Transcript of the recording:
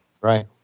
Right